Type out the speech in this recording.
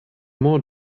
more